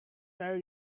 very